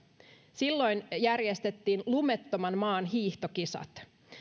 silloin järjestettiin lumettoman maan hiihtokisat